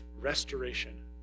restoration